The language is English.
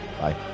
Bye